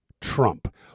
Trump